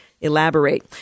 elaborate